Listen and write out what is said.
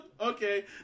Okay